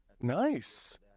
Nice